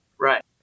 Right